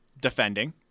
defending